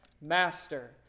Master